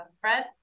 Fred